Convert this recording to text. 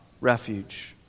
refuge